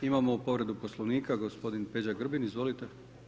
Imamo povredu Poslovnika gospodin Peđa Grbin, izvolite.